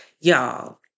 y'all